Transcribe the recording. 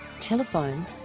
Telephone